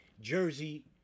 jersey